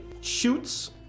shoots